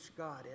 God